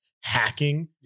hacking